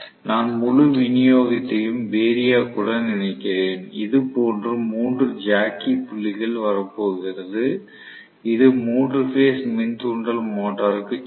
நான் முழு விநியோகத்தையும் வேரியாக் உடன் இணைக்கிறேன் இதுபோன்று 3 ஜாக்கி புள்ளிகள் வெளிவரப் போகிறது இது 3 பேஸ் மின் தூண்டல் மோட்டருக்கு செல்லும்